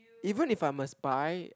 even if I'm a spy